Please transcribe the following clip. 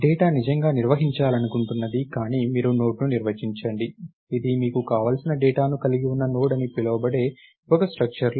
data మీరు నిజంగా నిర్వహించాలనుకుంటున్నది కానీ మీరు నోడ్ను నిర్వచించండి ఇది మీకు కావలసిన డేటాను కలిగి ఉన్న నోడ్ అని పిలువబడే ఒక స్ట్రక్చర్